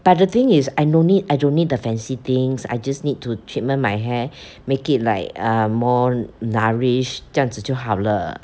but the thing is I no need I don't need the fancy things I just need to treatment my hair make it like uh more nourish 这样子就好了